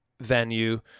venue